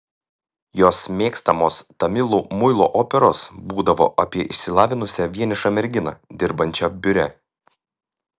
jos mėgstamos tamilų muilo operos būdavo apie išsilavinusią vienišą merginą dirbančią biure